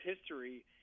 history –